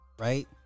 Right